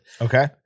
Okay